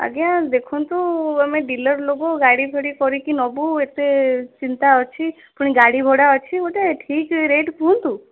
ଆଜ୍ଞା ଦେଖନ୍ତୁ ଆମେ ଡିଲର୍ ଲୋକ ଗାଡ଼ି ଫାଡ଼ି କରିକି ନେବୁ ଏତେ ଚିନ୍ତା ଅଛି ପୁଣି ଗାଡ଼ି ଭଡ଼ା ଅଛି ଗୋଟେ ଠିକ୍ ରେଟ୍ କୁହନ୍ତୁ